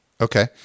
Okay